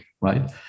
right